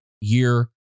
year